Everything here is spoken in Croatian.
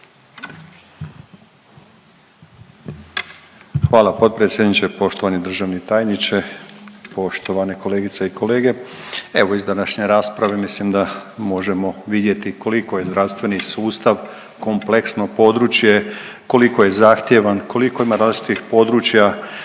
Hvala potpredsjedniče. Poštovani državni tajniče, poštovane kolegice i kolege. Evo iz današnje rasprave mislim da možemo vidjeti koliko je zdravstveni sustav kompleksno područje, koliko je zahtjevan, koliko ima različitih područja